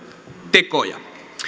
tekoja